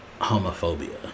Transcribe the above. homophobia